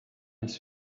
his